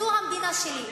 זו המדינה שלי.